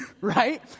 Right